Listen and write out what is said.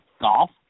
Golf